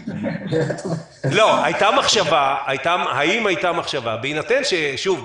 האם הייתה מחשבה בהינתן ששוב,